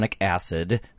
acid